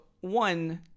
one